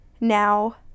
now